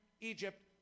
Egypt